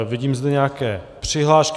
Vidím zde nějaké přihlášky.